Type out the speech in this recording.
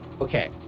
Okay